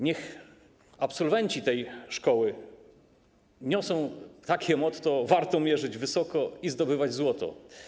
Niech absolwenci tej szkoły głoszą takie motto: warto mierzyć wysoko i zdobywać złoto.